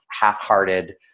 half-hearted